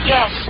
Yes